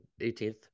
18th